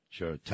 sure